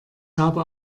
habe